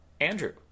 andrew